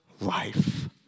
life